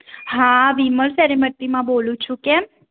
હા વિમલ સેરેમતીમાં બોલું છું કેમ